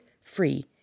free